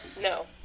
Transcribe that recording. no